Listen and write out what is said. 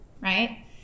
right